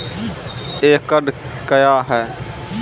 एकड कया हैं?